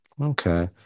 Okay